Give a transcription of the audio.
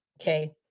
okay